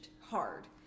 Hard